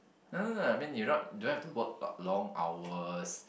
no no no I mean you not don't have to work about long hours